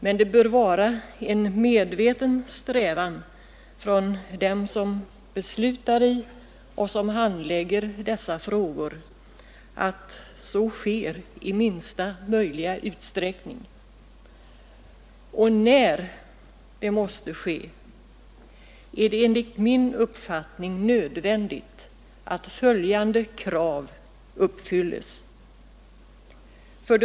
Men det bör vara en medveten strävan från dem som handlägger dessa frågor att så sker i minsta möjliga utsträckning. Och när det måste ske är det enligt min uppfattning nödvändigt att följande krav uppfylls: 1.